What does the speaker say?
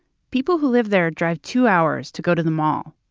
people who live there drive two hours to go to the mall,